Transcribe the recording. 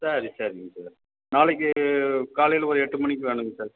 சரி சரிங்க சார் நாளைக்கு காலையில் ஒரு எட்டுமணிக்கு வேணுங்க சார்